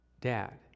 Dad